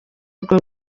urwo